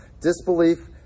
Disbelief